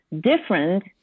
different